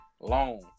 long